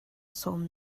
sawm